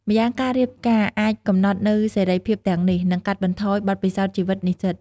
ម្យ៉ាងការរៀបការអាចកំណត់នូវសេរីភាពទាំងនេះ និងកាត់បន្ថយបទពិសោធន៍ជីវិតនិស្សិត។